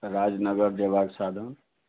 राजनगर जयबाक साधन